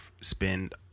spend